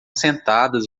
sentadas